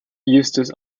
eustis